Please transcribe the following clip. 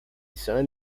san